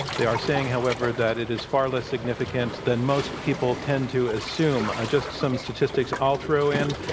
they are saying, however, that it is far less significant than most people tend to assume. just some statistics i'll throw in.